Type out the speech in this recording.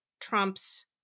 Trump's